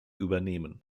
übernehmen